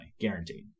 Guaranteed